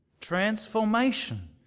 transformation